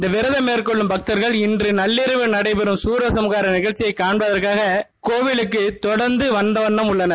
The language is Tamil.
இந்த விரதம் மேற்கொள்ளும் பக்கர்கள் இன்று நள்ளிரவு நடைபெற உள்ள சூரசம்ஹார நிஷற்ச்சியை காண்பதற்காக கோயிலக்கு தொடர்ந்தட வந்தவண்ணம் உள்ளன